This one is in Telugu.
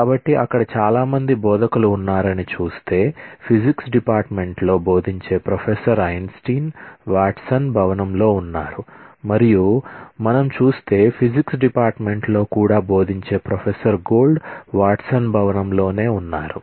కాబట్టి అక్కడ చాల మంది బోధకులు ఉన్నారని చూస్తే ఫిజిక్స్ డిపార్ట్మెంట్ వాట్సన్ భవనంలో నే ఉన్నారు